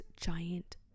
giant